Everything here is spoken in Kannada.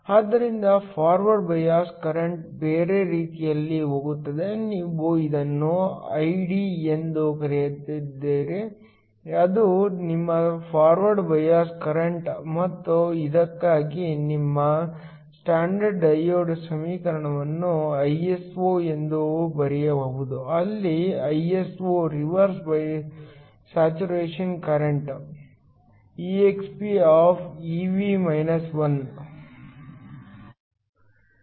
ಆದ್ದರಿಂದ ಫಾರ್ವರ್ಡ್ ಬಯಾಸ್ ಕರೆಂಟ್ ಬೇರೆ ರೀತಿಯಲ್ಲಿ ಹೋಗುತ್ತದೆ ನೀವು ಇದನ್ನು Id ಎಂದು ಕರೆಯಲಿದ್ದೀರಿ ಅದು ನಿಮ್ಮ ಫಾರ್ವರ್ಡ್ ಬಯಾಸ್ ಕರೆಂಟ್ ಮತ್ತು ಇದಕ್ಕಾಗಿ ನೀವು ಸ್ಟ್ಯಾಂಡರ್ಡ್ ಡಯೋಡ್ ಸಮೀಕರಣವನ್ನು Iso ಎಂದು ಬರೆಯಬಹುದು ಅಲ್ಲಿ Iso reverse saturation current exp Ev −1